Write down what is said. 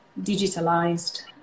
digitalized